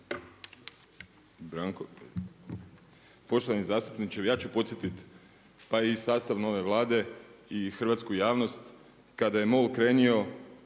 (HNS)** Poštovani zastupniče, evo ja ću podsjetiti pa i sastav nove Vlade i hrvatsku javnost kada je MOL krenuo